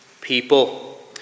people